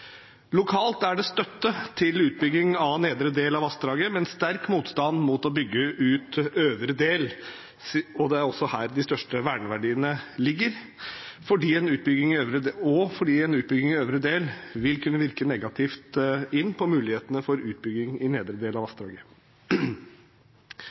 Lokalt er det støtte til utbygging av nedre del av vassdraget, men sterk motstand mot å bygge ut øvre del. Det er der de største verneverdiene ligger, og en utbygging i øvre del vil kunne virke negativt inn på mulighetene for utbygging i nedre del av